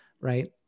right